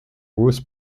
bruce